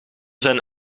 zijn